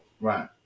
right